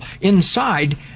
inside